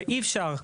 ואי אפשר.